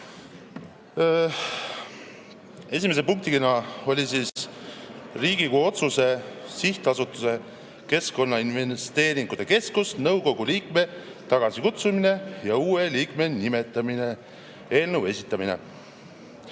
Esimese punktina oli Riigikogu otsuse "Sihtasutuse Keskkonnainvesteeringute Keskus nõukogu liikme tagasikutsumine ja uue liikme nimetamine" eelnõu esitamine.